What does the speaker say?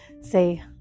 say